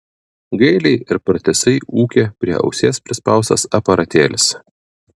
gailiai ir pratisai ūkia prie ausies prispaustas aparatėlis